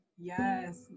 yes